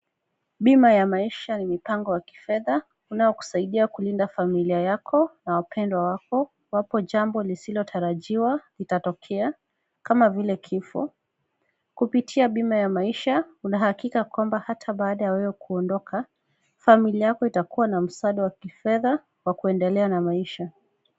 Bima ya maisha ya mipango ya kifedha unaokusaidia kulinda familia yako na wapendwa wako iwapo jambo lisilotarajiwa litatokea kama vile kifo. Kupitia bima ya maisha una hakika kwamba hata baada ya wewe kuondoka familia yako itakuwa na msaada wa kifedha wa kuendelea na maisha.